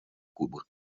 кубы